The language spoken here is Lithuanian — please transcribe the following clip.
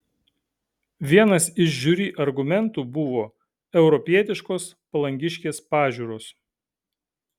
vienas iš žiuri argumentų buvo europietiškos palangiškės pažiūros